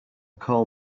call